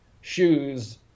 shoes